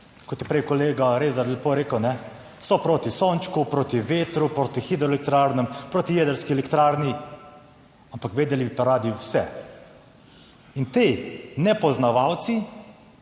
kot je prej kolega Rezar lepo rekel, so proti sončku, proti vetru, proti hidroelektrarnam, proti jedrski elektrarni, ampak vedeli bi pa radi vse. In ti nepoznavalci